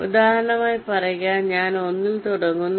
ഉദാഹരണമായി പറയുക ഞാൻ 1 ൽ തുടങ്ങുന്നു